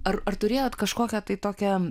ar turėjot kažkokią tai tokią